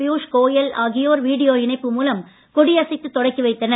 பீயுஷ் கோயல் ஆகியோர் வீடியோ இணைப்பு மூலம் கொடியசைத்து தொடக்கி வைத்தனர்